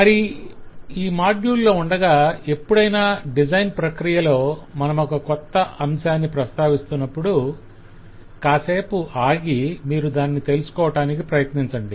మీరీ ఈ మాడ్యుల్ లో ఉండగా ఎప్పుడైనా డిజైన్ ప్రక్రియలో మనమొక కొత్త అంశాన్ని ప్రస్తావిస్తునప్పుడు కాసేపాగి మీరు దానిని తెలుసుకోవటానికి ప్రయత్నించండి